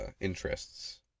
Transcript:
interests